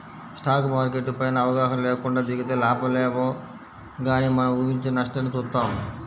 stock market పైన అవగాహన లేకుండా దిగితే లాభాలేమో గానీ మనం ఊహించని నష్టాల్ని చూత్తాం